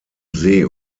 see